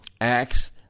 acts